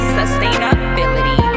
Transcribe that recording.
sustainability